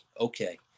Okay